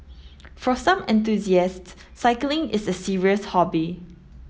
for some enthusiasts cycling is a serious hobby